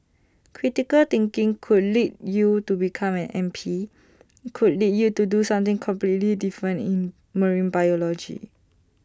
critical thinking could lead you to become an M P could lead you to do something completely different in marine biology